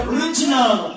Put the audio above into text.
Original